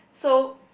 so